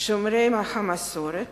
שומרי המסורת,